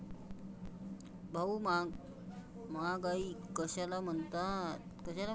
भाऊ, महागाई कशाला म्हणतात?